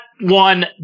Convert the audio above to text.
one